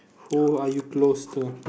who are you close to